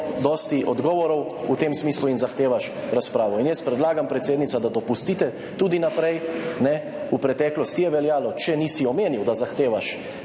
dosti odgovorov, v tem smislu, in zahtevaš razpravo. Jaz predlagam, predsednica, da to dopustite tudi naprej. V preteklosti je veljalo, če nisi omenil, da zahtevaš